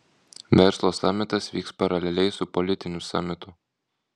verslo samitas vyks paraleliai su politiniu samitu